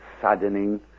saddening